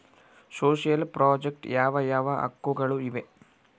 Social project ಯಾವ ಯಾವ ಹಕ್ಕುಗಳು ಇವೆ?